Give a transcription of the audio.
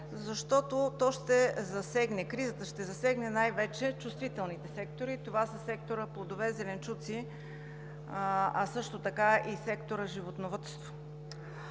защото кризата ще засегне най-вече чувствителните сектори – това са секторът „Плодове и зеленчуци“, а също така и секторът „Животновъдство“.